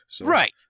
right